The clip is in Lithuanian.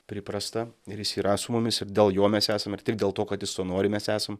priprasta ir jis yra su mumis ir dėl jo mes esam ir tik dėl to kad jis to nori mes esam